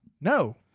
No